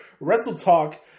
WrestleTalk